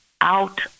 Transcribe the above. out